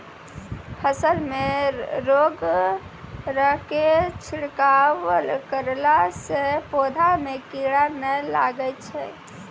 फसल मे रोगऽर के छिड़काव करला से पौधा मे कीड़ा नैय लागै छै?